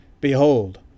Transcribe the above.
Behold